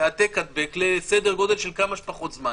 העתק-הדבק לסדר גודל של כמה שפחות זמן.